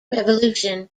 revolution